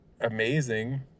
amazing